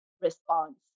response